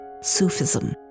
Sufism